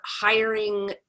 hiring